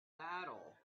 battle